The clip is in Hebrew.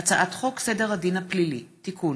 וכלה בהצעת חוק פ/4880/20: הצעת חוק סדר הדין הפלילי (תיקון,